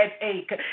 headache